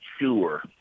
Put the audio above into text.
sure